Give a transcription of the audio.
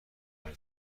محلی